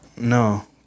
No